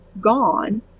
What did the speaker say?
gone